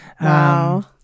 Wow